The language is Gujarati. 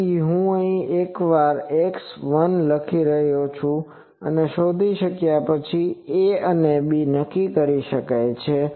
તેથી જુઓ કે એકવાર હું x1 શોધી શક્યા પછી a અને b નક્કી કરી શકાય છે